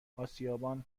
آسیابان